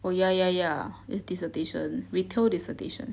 oh ya ya ya is dissertation retail dissertation